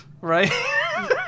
Right